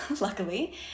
luckily